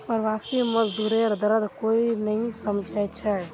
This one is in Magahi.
प्रवासी मजदूरेर दर्द कोई नी समझे छे